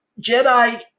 Jedi